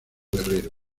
guerrero